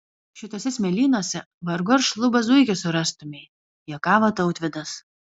šituose smėlynuose vargu ar šlubą zuikį surastumei juokavo tautvydas